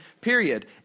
period